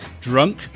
Drunk